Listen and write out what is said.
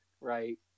right